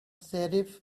sheriff